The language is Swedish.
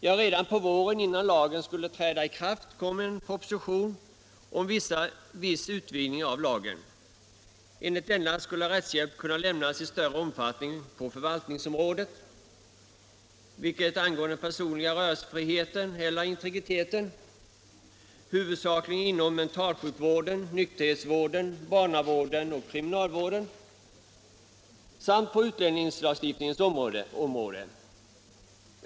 Ja, redan på våren innan lagen skulle träda i kraft kom en proposition om viss utvidgning av lagen. Enligt denna skulle rättshjälp kunna lämnas i större omfattning på förvaltningsområdet, vilket angår den personliga rörelsefriheten eller integriteten, huvudsakligen inom mentalsjukvården, nykterhetsvården, barnavården och kriminalvården samt på utlänningslagstiftningens område.